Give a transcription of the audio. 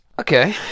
Okay